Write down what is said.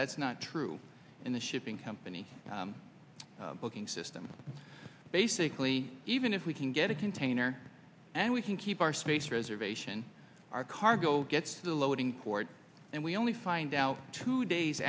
that's not true in the shipping company booking system basically even if we can get a container and we can keep our space reservation our cargo gets the loading cord and we only find out two days